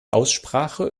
aussprache